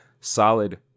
solid